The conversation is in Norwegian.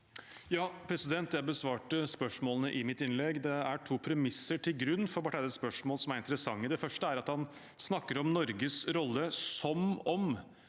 (R) Jeg besvarte spørs- målene i mitt innlegg. Det er to premisser til grunn for Barth Eides spørsmål som er interessante. Det første er at han snakker om Norges rolle som om